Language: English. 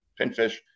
pinfish